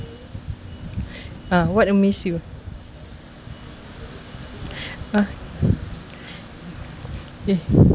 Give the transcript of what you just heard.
uh what amaze you uh eh